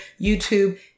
YouTube